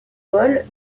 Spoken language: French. boll